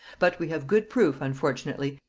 but we have good proof, unfortunately,